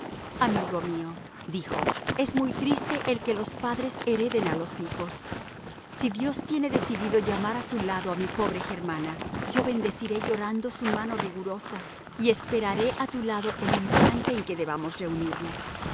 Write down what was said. ojos amigo mío dijo es muy triste el que los padres hereden a los hijos si dios tiene decidido llamar a su lado a mi pobre germana yo bendeciré llorando su mano rigurosa y esperaré a tu lado el instante en que debamos reunirnos